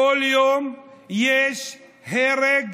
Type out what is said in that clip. בכל יום יש הרג,